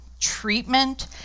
treatment